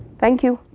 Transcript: thank you!